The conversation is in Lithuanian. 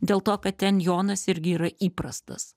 dėl to kad ten jonas irgi yra įprastas